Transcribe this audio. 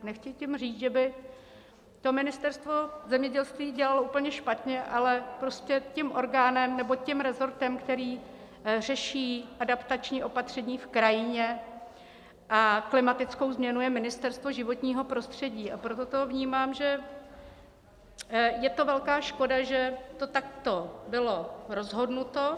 Nechci tím říct, že by to Ministerstvo zemědělství dělalo úplně špatně, ale prostě tím orgánem nebo tím resortem, který řeší adaptační opatření v krajině a klimatickou změnu, je Ministerstvo životního prostředí, a proto vnímám, že je to velká škoda, že to takto bylo rozhodnuto.